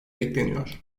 bekleniyor